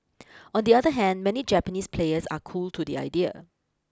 on the other hand many Japanese players are cool to the idea